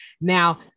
Now